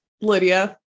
Lydia